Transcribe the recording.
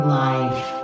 life